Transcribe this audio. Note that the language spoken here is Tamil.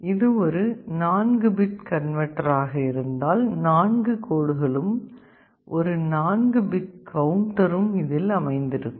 இது ஒரு 4 பிட் கன்வெர்ட்டர் ஆக இருந்தால் நான்கு கோடுகளும் ஒரு 4 பிட் கவுண்டரும் இதில் அமைந்திருக்கும்